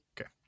Okay